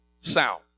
sound